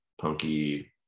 punky